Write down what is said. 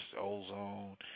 Ozone